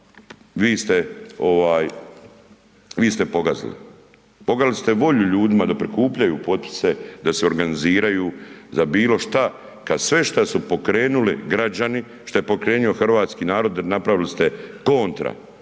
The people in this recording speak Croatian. vi ste pogazili, pogazili ste volju ljudima da prikupljaju potpise, da se organiziraju za bilo šta, kad sve šta su pokrenuli građani, šta je pokrenuo hrvatski narod, napravili ste kontra